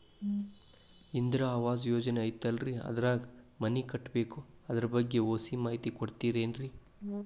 ಇಂದಿರಾ ಆವಾಸ ಯೋಜನೆ ಐತೇಲ್ರಿ ಅದ್ರಾಗ ಮನಿ ಕಟ್ಬೇಕು ಅದರ ಬಗ್ಗೆ ಒಸಿ ಮಾಹಿತಿ ಕೊಡ್ತೇರೆನ್ರಿ?